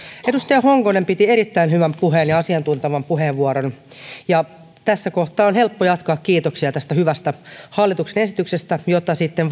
edustaja honkonen piti erittäin hyvän puheen ja asiantuntevan puheenvuoron tässä kohtaa on helppo jatkaa kiitoksia tästä hyvästä hallituksen esityksestä jota sitten